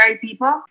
people